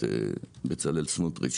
בצלאל סמוטריץ',